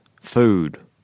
food